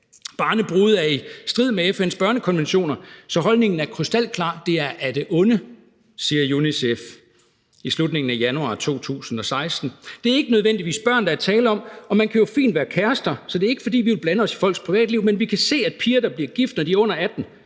»Barnebrude er i strid med FN's børnekonventioner, så holdningen er krystalklar: Det er af det onde«, siger UNICEF i slutningen af januar 2016. »Det er ikke nødvendigvis børn, der er tale om. Og man kan jo fint være kærester, så det er ikke fordi, vi vil blande os i folks privatliv. Men vi kan se, at piger, der bliver gift, når de er under 18,